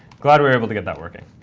glad we were able to get that working.